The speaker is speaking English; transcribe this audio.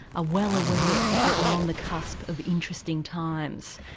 ah well aware that we're on the cusp of interesting times.